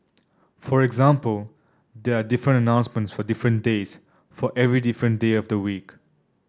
for example there are different announcements for different days for every different day of the week